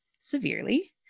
severely